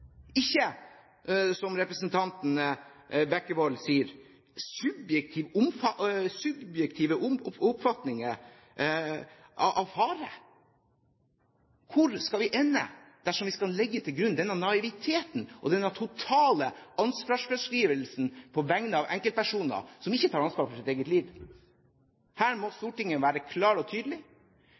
ikke som representanten Bekkevold sier, subjektiv oppfatning av fare. Hvor skal vi ende dersom vi skal legge til grunn denne naiviteteten og denne totale ansvarsfraskrivelsen på vegne av enkeltpersoner som ikke tar ansvar for sitt eget liv? Her må Stortinget være klart og tydelig.